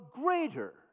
greater